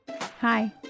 Hi